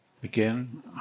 Begin